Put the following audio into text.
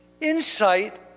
insight